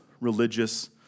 religious